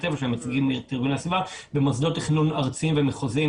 הטבע במוסדות תכנון ארציים ומחוזיים.